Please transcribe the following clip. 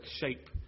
shape